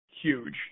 huge